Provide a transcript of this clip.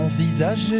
envisager